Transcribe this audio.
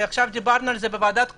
עליה דיברתי עכשיו בוועדת הקורונה,